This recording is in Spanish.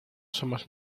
somos